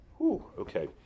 okay